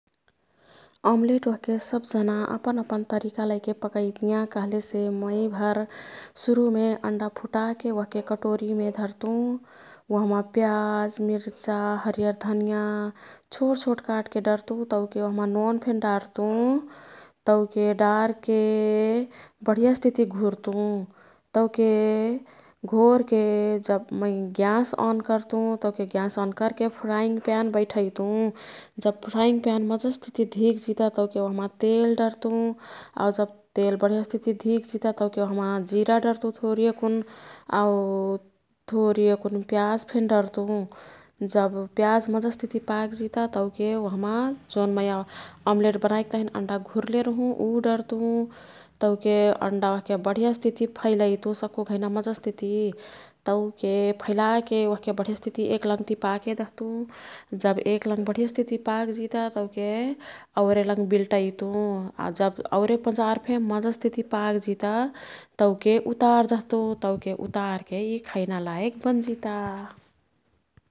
अम्लेट ओह्के सब जना अपन अपन तरिका लैके पकैतियाँ कह्लेसे मै भर सुरुमे अन्डा फुटाकेओह्के कटोरीमे धर्तु। वह्मा प्याज, मिर्चा, हरियर धनिया छोटछोट काटके डर्तु। तौके ओह्मा नोनफेन डर्तु तौके डारके बढियस्तिती घुर्तू। तौके घोरके जब मै ग्याँस अन कर्तु। तौके ग्याँस अन कर्के फ्राईङ प्यान बैठैतु। जब फ्राईङ प्यान मजस्तीती धिक जिता तौके ओह्मा तेल डर्तु आऊ जब तेल बढियस्तितीधिक जिता तौके ओह्मा जिरा डर्तु थोरीयेकुन आऊ थोरीयेकुन प्याज फेन डर्तु जब प्याज मजस्तीती पाक जिता तौके ओह्मा जोन मैं अम्लेट बनाईक तहिन अन्डा घुर्ले रहुँ ऊ डर्तु। तौके अन्डा ओह्के बढियस्तिती फैलैतु सक्कुघैना मजस्तीती तौके फैलाके ओह्के बढियस्तिती एक्लङ्गतिती पाके दह्तु। जब एक्लङ्ग बढियस्तितीपाक जिता तौके औरे लङ्ग बिल्टईतुं। आऊ जब औरे पंजारफे मजस्तीती पाक जिता तौके उतार दह्तु। तौके उतरके यी खैना लायक बन जिता।